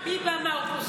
אגב, מי בא מהאופוזיציה?